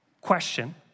question